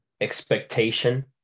expectation